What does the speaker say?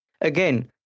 Again